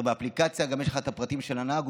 הרי באפליקציה יש לך הפרטים של הנהג.